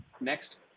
next